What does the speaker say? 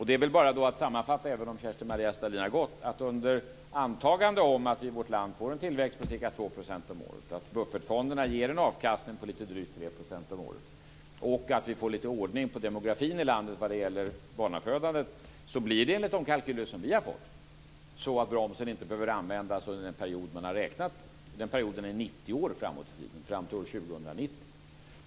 Det är väl bara att sammanfatta - även om Kerstin-Maria Stalin har gått - att under antagande om att vi i vårt land får en tillväxt om ca 2 % om året, att buffertfonderna ger en avkastning på lite drygt 3 % om året, att vi får lite ordning på demografin i landet vad gäller barnafödandet, blir det enligt de kalkyler vi har fått så att bromsen inte behöver användas under den period man har räknat med. Den perioden är 90 år framåt i tiden, fram till år 2090.